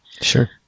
Sure